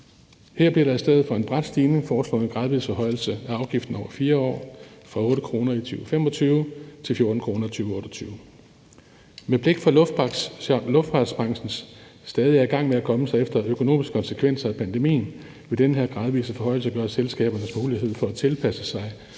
Her bliver der i stedet for en brat stigning foreslået en gradvis forhøjelse af afgiften over 4 år, fra 8 kr. i 2025 til 14 kr. 2028. Med blik for, at luftfartsbranchen stadig er i gang med at komme sig efter økonomiske konsekvenser af pandemien, vil den her gradvise forhøjelse give selskaberne mulighed for at tilpasse sig,